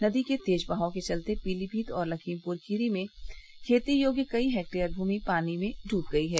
नदी के तेज बहाव के चलते पीलीमीत और लखीमपुर खीरी में खेती योग्य कई हेक्टेयर भूमि पानी में डूब गयी है